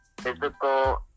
physical